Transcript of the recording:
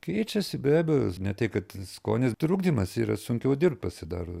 keičiasi be abejo ne tiek kad skonis trukdymas yra sunkiau dirbt pasidaro